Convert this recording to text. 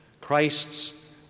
Christ's